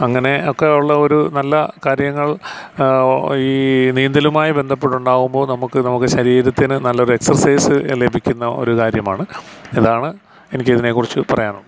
അങ്ങനെ ഒക്കെയുള്ള ഒരു നല്ല കാര്യങ്ങൾ ഈ നീന്തലുമായി ബന്ധപെട്ടുണ്ടാകുമ്പോൾ നമുക്ക് നമുക്ക് ശരീരത്തിന് നല്ല ഒരു എക്സസൈസ് ലഭിക്കുന്ന ഒരു കാര്യമാണ് അതാണ് എനിക്ക് ഇതിനെക്കുറിച്ച് പറയാനുള്ളത്